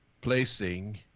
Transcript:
placing